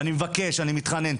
ואני מבקש, אני מתחנן.